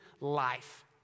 life